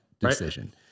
decision